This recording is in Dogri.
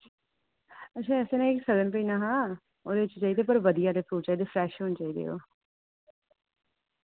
अच्छा असें ना इक सगन भेजना हा ओह्दे च चाहिदे पर बधिया देह् फ्रूट चाहिदे फ्रैश होने चाहिदे ओह्